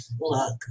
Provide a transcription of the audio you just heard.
look